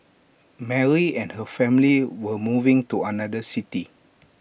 Mary and her family were moving to another city